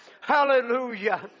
Hallelujah